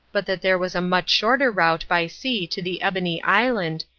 but that there was a much shorter route by sea to the ebony island,